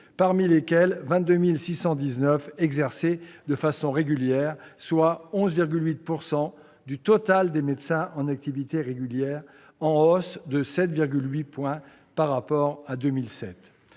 parmi lesquels 22 619 exerçaient de façon régulière, soit 11,8 % du total des médecins en activité régulière, taux en hausse de 7,8 points par rapport à 2007.